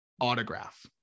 autograph